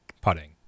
putting